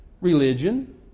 religion